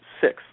six